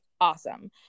awesome